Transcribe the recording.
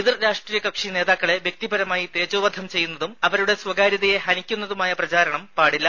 എതിർ രാഷ്ട്രീയകക്ഷി നേതാക്കളെ വ്യക്തിപരമായി തേജോവധം ചെയ്യുന്നതും അവരുടെ സ്വകാര്യതയെ ഹനിക്കുന്നതുമായ പ്രചാരണം പാടില്ല